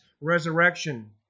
resurrection